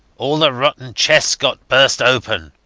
all their rotten chests got burst open.